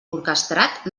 orquestrat